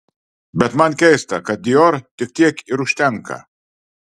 bet man keista kad dior tik tiek ir užtenka